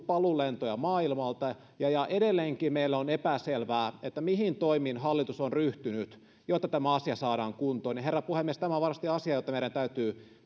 paluulentoja maailmalta ja ja edelleenkin meille on epäselvää mihin toimiin hallitus on ryhtynyt jotta tämä asia saadaan kuntoon herra puhemies tämä on varmasti asia jota meidän täytyy